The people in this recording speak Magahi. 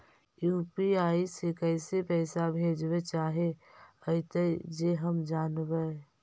यु.पी.आई से कैसे पैसा भेजबय चाहें अइतय जे हम जानबय?